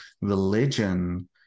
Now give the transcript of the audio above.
religion